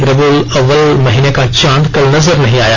रबीउल अव्वल महीने का चांद कल नजर नही आया